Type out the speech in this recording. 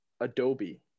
Adobe